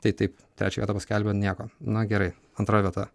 tai taip trečią vietą paskelbė nieko na gerai antra vieta